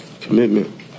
Commitment